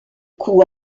coût